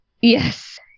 yes